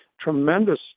tremendous